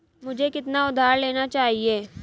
मुझे कितना उधार लेना चाहिए?